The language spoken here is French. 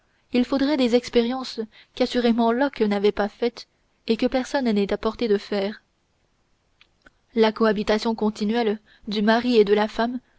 il faudrait des expériences qu'assurément locke n'avait pas faites et que personne n'est à portée de faire la cohabitation continuelle du mari et de la femme